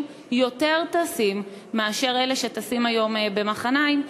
יותר טסים מאשר אלה שטסים היום ממחניים.